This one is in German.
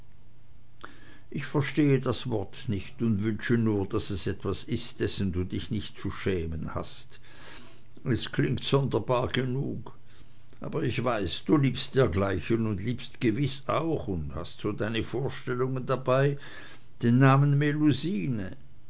ich verstehe das wort nicht und wünsche nur daß es etwas ist dessen du dich nicht zu schämen hast es klingt sonderbar genug aber ich weiß du liebst der gleichen und liebst gewiß auch und hast so deine vorstellungen dabei den namen